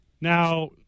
Now